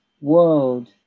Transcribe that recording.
world